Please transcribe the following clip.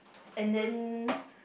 and then